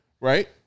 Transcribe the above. right